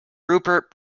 rupert